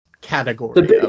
category